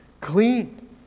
clean